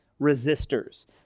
resistors